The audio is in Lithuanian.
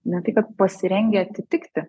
ne tai kad pasirengę atitikti